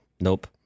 nope